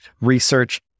research